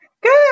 Good